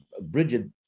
Bridget